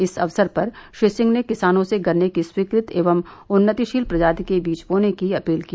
इस अवसर पर श्री सिंह ने किसानों से गन्ने की स्वीकृत एवं उन्नतिशील प्रजाति के बीज बोने की अपील की